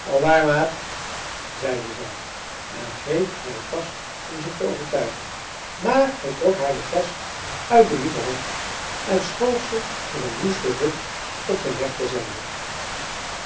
al waar maat zeide zij en greep naar de tasch om zich te overtuigen maar hij trok haar de tasch uit de lieve hand en schoof ze met een woesten ruk op zijn rechter zijde